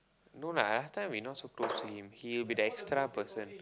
no lah last time we not so close to him he will be the extra person